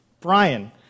Brian